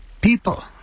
people